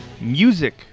music